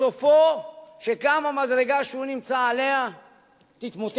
סופו שגם המדרגה שהוא נמצא עליה תתמוטט.